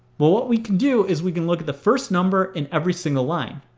but what we can do is we can look at the first number in every single line.